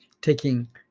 taking